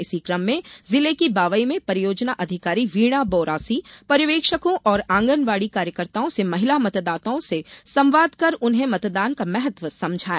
इसी कम में जिले की बावई में परियोजना अधिकारी वीणा बौरासी पर्यवेक्षकों और आंगनबाड़ी कार्यकर्ताओं ने महिला मतदाताओं से संवाद कर उन्हें मतदान का महत्व समझाया